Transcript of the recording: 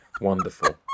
Wonderful